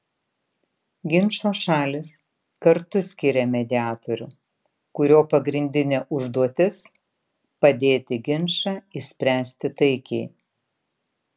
ginčo šalys kartu skiria mediatorių kurio pagrindinė užduotis padėti ginčą išspręsti taikiai